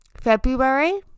February